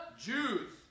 Jews